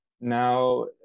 now